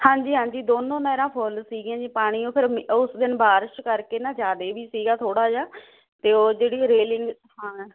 ਹਾਂਜੀ ਹਾਂਜੀ ਦੋਨੋਂ ਨਹਿਰਾਂ ਫੁੱਲ ਸੀਗੀਆ ਫਿਰ ਪਾਣੀ ਉਸ ਦਿਨ ਬਾਰਿਸ਼ ਕਰਕੇ ਨਾ ਜਿਆਦੇ ਵੀ ਸੀਗਾ ਥੋੜਾ ਜਿਹਾ ਤੇ ਉਹ ਜਿਹੜੀ ਰੇਲਿੰਗ ਹਾਂ